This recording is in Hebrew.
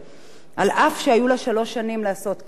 אף שהיו לה שלוש שנים לעשות כן, בואו נודה.